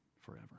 forever